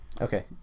Okay